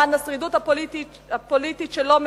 למען השרידות הפוליטית שלו,